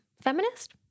feminist